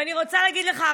ואני רוצה להגיד לך,